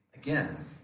Again